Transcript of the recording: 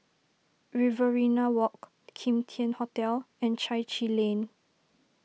Riverina Walk Kim Tian Hotel and Chai Chee Lane